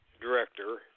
director